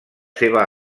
seva